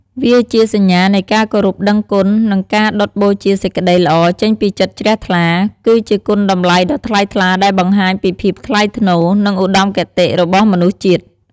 វាជាសញ្ញានៃការគោរពដឹងគុណ និងការដុតបូជាសេចក្តីល្អចេញពីចិត្តជ្រះថ្លា គឺជាគុណតម្លៃដ៏ថ្លៃថ្លាដែលបង្ហាញពី ភាពថ្លៃថ្នូរ និងឧត្តមគតិ របស់មនុស្សជាតិ។